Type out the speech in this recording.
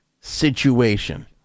situation